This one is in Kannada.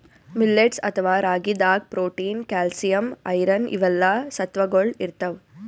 ಮಿಲ್ಲೆಟ್ಸ್ ಅಥವಾ ರಾಗಿದಾಗ್ ಪ್ರೊಟೀನ್, ಕ್ಯಾಲ್ಸಿಯಂ, ಐರನ್ ಇವೆಲ್ಲಾ ಸತ್ವಗೊಳ್ ಇರ್ತವ್